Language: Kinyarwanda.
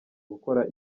gukora